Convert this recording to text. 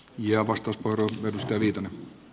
arvoisa herra puhemies